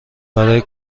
برای